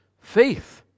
Faith